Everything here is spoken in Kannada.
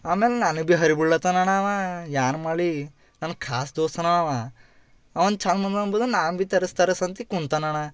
ಆಮೇಲೆ ನಾನು ಭಿ ಹರಿಬೀಳ್ಳತನಣ್ಣ ಅವ ಏನ್ ಮಾಡಲಿ ನನ್ನ ಖಾಸ್ ದೋಸ್ತನೆ ಅವ ಅವಂದು ಚಂದ ಬಂದದ ಅಂಬದು ನಾನು ಭಿ ತರಿಸು ತರಿಸಂತ ಕುಂತನಣ